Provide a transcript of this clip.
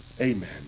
Amen